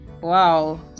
Wow